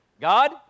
God